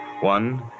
One